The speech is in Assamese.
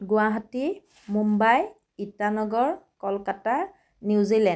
Guwahati Mumbai Itanagar Kolkata New Zealand